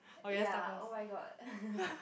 ya oh-my-god